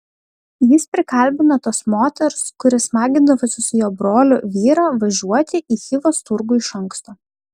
jis prikalbino tos moters kuri smagindavosi su jo broliu vyrą važiuoti į chivos turgų iš anksto